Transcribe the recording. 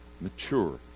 mature